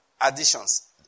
additions